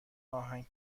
آهنگ